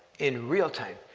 in real time,